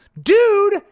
Dude